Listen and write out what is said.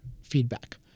feedback